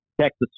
Texas